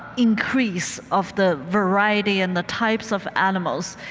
increase of the variety and the types of animals.